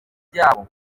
by’abo